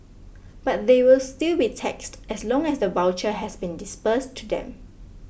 but they will still be taxed as long as the voucher has been disbursed to them